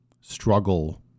struggle